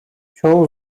çoğu